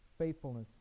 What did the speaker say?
faithfulness